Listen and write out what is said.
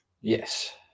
Yes